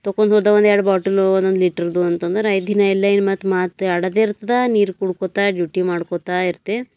ತಕೊಂಡ್ ಹೋದವಂದರೆ ಎರಡು ಬಾಟಲ್ ಒಂದು ಒಂದು ಲೀಟ್ರುದು ಅಂತ ಅಂದರೆ ದಿನವೆಲ್ಲ ಮತ್ತೆ ಮಾತೇ ಆಡೋದು ಇರ್ತದೆ ನೀರು ಕುಡ್ಕೋತ ಡ್ಯೂಟಿ ಮಾಡ್ಕೋತಾ ಇರ್ತೆ